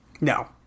No